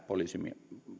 olisi